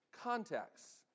contexts